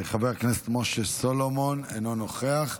חבר הכנסת משה סולומון, אינו נוכח.